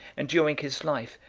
and, during his life,